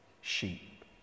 sheep